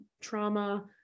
trauma